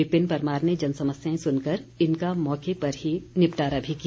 विपिन परमार ने जन समस्याएं सुनकर इनका मौके पर ही निपटारा भी किया